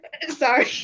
sorry